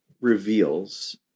reveals